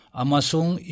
amasung